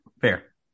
fair